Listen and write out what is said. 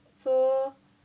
so